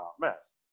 mess